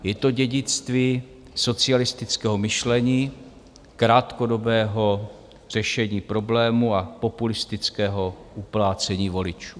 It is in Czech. Je to dědictví socialistického myšlení, krátkodobého řešení problému a populistického uplácení voličů.